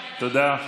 תודה.